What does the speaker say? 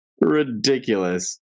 ridiculous